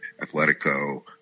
Atletico